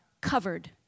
covered